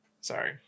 Sorry